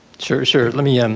sure, sure, let me and